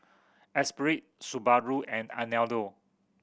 Esprit Subaru and Anello